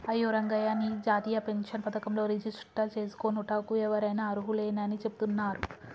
అయ్యో రంగయ్య నీ జాతీయ పెన్షన్ పథకంలో రిజిస్టర్ చేసుకోనుటకు ఎవరైనా అర్హులేనని చెబుతున్నారు